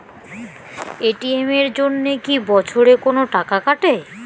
ATM এর জন্যে কি বছরে কোনো টাকা কাটে?